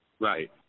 Right